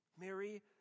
Mary